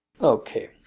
Okay